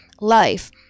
life